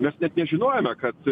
mes net nežinojome kad